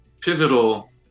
pivotal